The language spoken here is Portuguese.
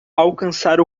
alcançar